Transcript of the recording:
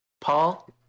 Paul